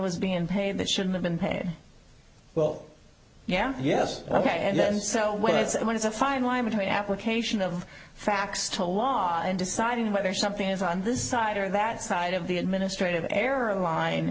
was being paid that should have been paid well yeah yes ok and then so that's when it's a fine line between application of facts to law and deciding whether something is on this side or that side of the administrative error line